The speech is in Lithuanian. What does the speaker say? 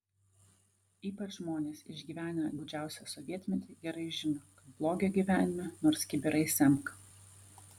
ypač žmonės išgyvenę gūdžiausią sovietmetį gerai žino kad blogio gyvenime nors kibirais semk